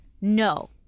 no